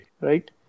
Right